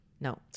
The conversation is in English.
No